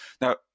Now